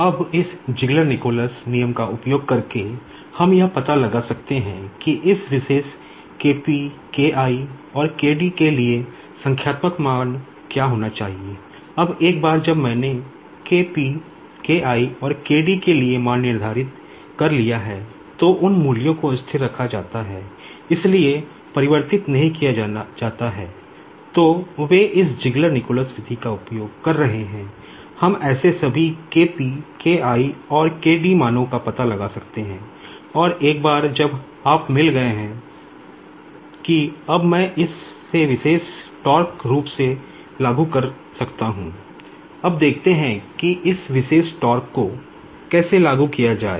अब इस निकोल्स विधि का उपयोग कर रहे हैं हम ऐसे सभी K P K I और K D मानों का पता लगा सकते हैं और एक बार जब आप मिल गए हैं कि अब मैं इसे विशेष रूप से लागू कर सकता ह अब देखते हैं कि इस विशेष को कैसे लागू किया जाए